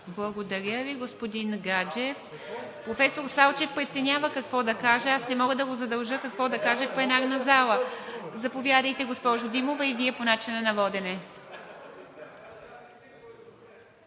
Благодаря Ви, господин Гаджев. Професор Салчев преценява какво да каже. Не мога да го задължа какво да каже в пленарната зала. Заповядайте, госпожо Димова, и Вие по начина на водене.